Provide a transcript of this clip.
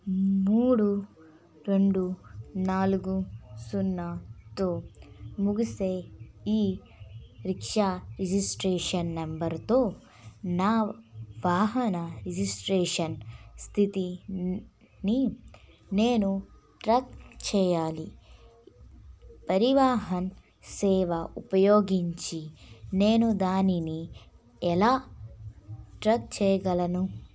మూడు రెండు నాలుగు సున్నాతో ముగిసే ఈ రిక్షా రిజిస్ట్రేషన్ నంబరుతో నా వాహన రిజిస్ట్రేషన్ స్థితిని నేను ట్రాక్ చేయాలి పరివాహన్ సేవ ఉపయోగించి నేను దానిని ఎలా ట్రాక్ చేయగలను